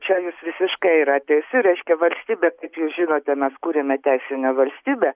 čia jūs visiškai yra teisi reiškia valstybė kaip jūs žinote mes kuriame teisinę valstybę